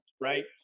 right